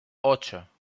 ocho